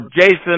Jason